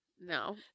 No